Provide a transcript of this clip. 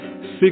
six